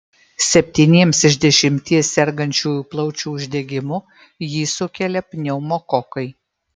septyniems iš dešimties sergančiųjų plaučių uždegimu jį sukelia pneumokokai